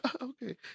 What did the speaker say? okay